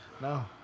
No